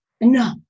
No